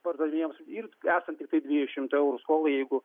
pardavinėjamos ir esant tiktai dviejų šimtų eurų skolai jeigu